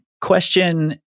question